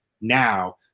now